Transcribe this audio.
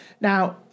Now